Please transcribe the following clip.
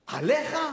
עליך?